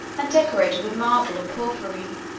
and decorated with marble and porphyry,